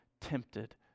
tempted